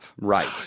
Right